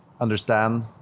understand